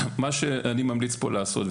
מה שאני ממליץ פה לעשות,